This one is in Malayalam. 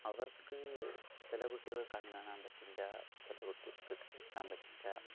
അവർക്ക് ചില കുട്ടികൾ കണ്ണു കാണാൻ പറ്റില്ല ചില കുട്ടികൾക്ക് കേൾക്കാൻ പറ്റില്ല